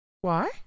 Why